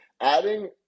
Adding